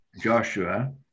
Joshua